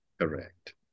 correct